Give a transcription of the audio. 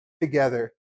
together